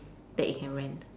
that you can rent